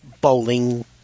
bowling